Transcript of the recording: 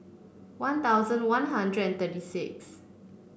One Thousand One Hundred and thirty six